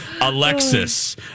Alexis